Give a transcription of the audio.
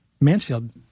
mansfield